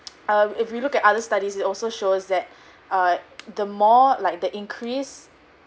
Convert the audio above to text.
uh if we look at other studies it also shows that uh the more like the increase